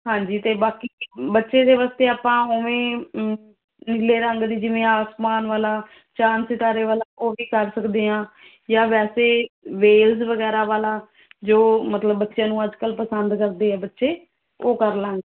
ਹਾਂਜੀ ਅਤੇ ਬਾਕੀ ਬੱਚੇ ਦੇ ਵਾਸਤੇ ਆਪਾਂ ਓਵੇਂ ਨੀਲੇ ਰੰਗ ਦੀ ਜਿਵੇਂ ਆਸਮਾਨ ਵਾਲਾ ਚਾਂਦ ਸਿਤਾਰੇ ਵਾਲਾ ਉਹ ਵੀ ਕਰ ਸਕਦੇ ਹਾਂ ਜਾਂ ਵੈਸੇ ਵੇਲਜ਼ ਵਗੈਰਾ ਵਾਲਾ ਜੋ ਮਤਲਬ ਬੱਚਿਆਂ ਨੂੰ ਅੱਜ ਕੱਲ੍ਹ ਪਸੰਦ ਕਰਦੇ ਹੈ ਬੱਚੇ ਉਹ ਕਰ ਲਵਾਂਗੇ